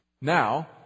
Now